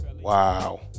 Wow